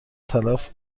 تلف